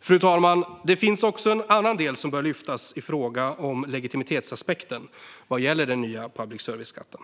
Fru talman! Det finns också en annan del som bör lyftas i fråga om legitimitetsaspekten vad gäller den nya public service-skatten.